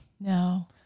No